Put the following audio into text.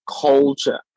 culture